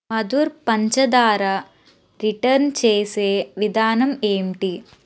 మధుర్ పంచదార రిటర్న్ చేసే విధానం ఏంటి